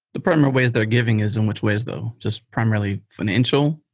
the primary ways they're giving is in which ways though? just primarily fi nancial?